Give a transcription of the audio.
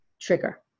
trigger